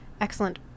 excellent